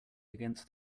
against